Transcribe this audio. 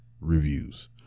reviews